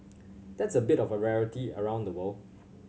that's a bit of a rarity around the world